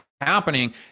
happening